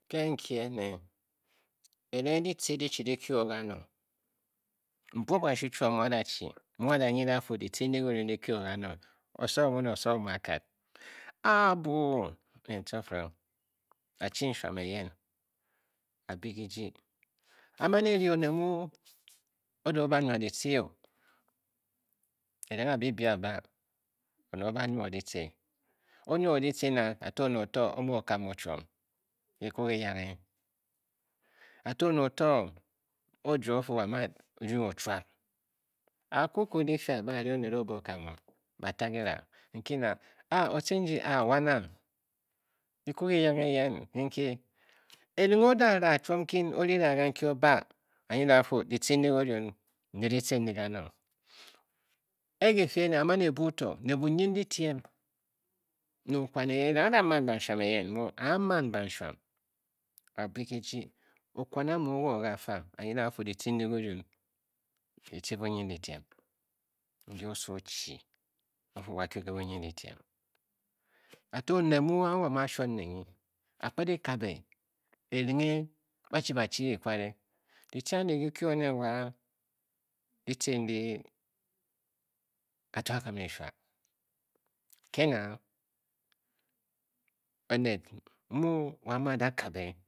Nke nki ene, ereng di tce dichi di kyu o kanong, mbuob kashuu chiom mu a da chi, mu a da nyid a fu kitce ndi kiren ki kyu o kanong, osowo mun osowo mu a kad, a a buu ne tcifiring a chi nshuam eyen a bii kijii a man e ryi oned mu o da o ba nwa ditce o, erengh a byi a ba oned o-ba nwa ditcd, o nwa ditce na? Ka to one oto, o-mu o kam chiom, kikwu kuyanghe ka to one oto, o juo o fu wo a-mu a-rung ochuab a kwu okwu difyi a ba, a-ryi oned o be okam o a ta kira nkina, otcin ji, aa wan na, kikwu kiyanghe eyan nki kin, kirenghe o da ra chiom kin, o ri ra kanki o-ba a-nyide a fu kitce ndi dirun ndi ditce ndi anong ee ki fii ene a man e-buu to ne bunyindyitiem ne okwan eyen, kireng a da man banshuam eyen ne o, a a-man banshuan a bii kijii, okwan amu o wa o ka fa, a-nyid a fu ditce ndi kirun ditce bunyindyitiem ndi oso o-chi o fu wo a kyu ke bunyindyitiem ka to onef mu a mu mu a shuon ne nyi. a-kped e-kabe erenghe ba chi ba-chi e kware ditce andi di kyu nen wa ditce ndi kato akamirishwa ke na oned mu woa mu a da a kabe